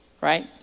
right